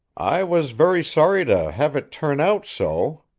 i was very sorry to have it turn out so,